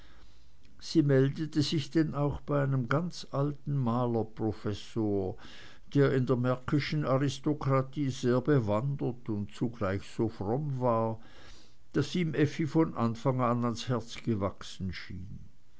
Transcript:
sie meldete sich denn auch bei einem ganz alten malerprofessor der in der märkischen aristokratie sehr bewandert und zugleich so fromm war daß ihm effi von anfang an ans herz gewachsen erschien